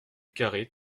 carrey